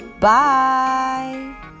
Bye